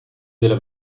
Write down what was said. della